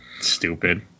stupid